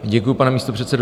Děkuji, pane místopředsedo.